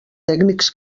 tècnics